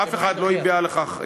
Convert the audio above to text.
אף אחד לא הביע בכך עניין.